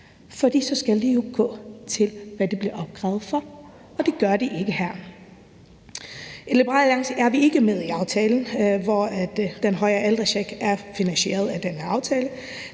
for så skal de jo gå til det, de bliver opkrævet for, og det gør de ikke her. I Liberal Alliance er vi ikke med i aftalen, hvor den forhøjede ældrecheck er finansieret. Det er